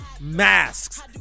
masks